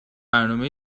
برنامه